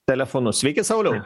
telefonu sveiki sauliau